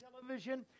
Television